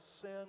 sin